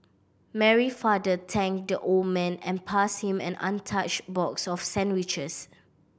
Mary's father thanked the old man and passed him an untouched box of sandwiches